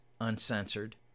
uncensored